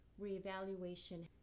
Reevaluation